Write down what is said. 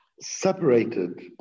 separated